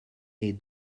est